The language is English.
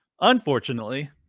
Unfortunately